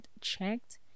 checked